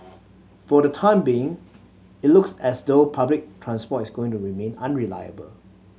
for the time being it looks as though public transport is going to remain unreliable